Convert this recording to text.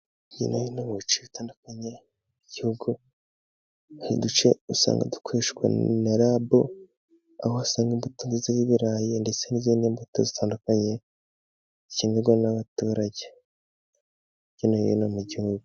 Hirya no hino mu bice bitandukanye by'igihugu hari uduce usanga dukoreshwa na rabu, aho usanga imbuto nziza y'ibirayi ndetse n'izindi mbuto zitandukanye, zikenerwa n'abaturage hirya no hino mu gihugu.